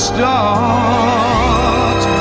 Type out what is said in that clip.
Start